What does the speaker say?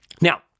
Now